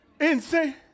insane